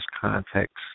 context